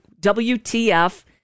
WTF